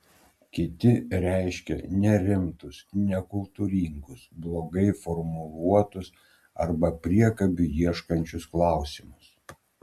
kiti reiškė nerimtus nekultūringus blogai formuluotus arba priekabių ieškančius klausimus